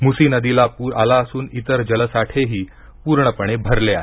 मुसी नदीला पूर आला असून इतर जलसाठेही पूर्णपणे भरले आहेत